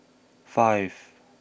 five